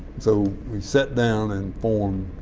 so we sat down and formed